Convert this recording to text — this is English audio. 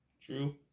True